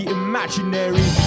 imaginary